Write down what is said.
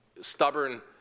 stubborn